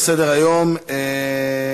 לסדר-היום בנושא: